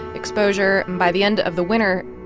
exposure. and by the end of the winter,